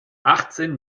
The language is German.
achtzehn